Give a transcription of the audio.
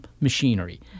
machinery